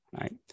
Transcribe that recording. right